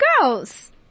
girls